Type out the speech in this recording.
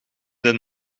den